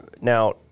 Now